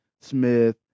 Smith